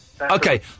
Okay